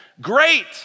Great